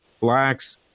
blacks